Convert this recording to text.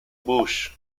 bush